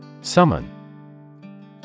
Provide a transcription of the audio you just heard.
Summon